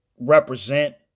represent